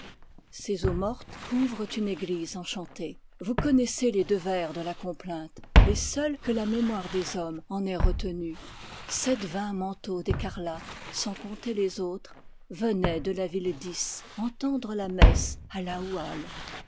ces eaux mortes couvrent une église enchantée vous connaissez les deux vers de la complainte les seuls que la mémoire des hommes en ait retenus sept vingts manteaux d'écarlate sans compter les autres venaient de la ville d'is entendre la messe à laoual